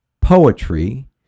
poetry